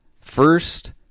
first